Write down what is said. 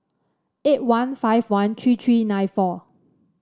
eight one five one three three nine four